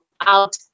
out